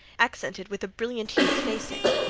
accented with a brilliant-hued facing.